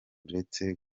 uretse